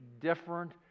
different